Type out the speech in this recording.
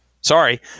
Sorry